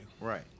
Right